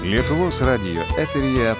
lietuvos radijo eteryje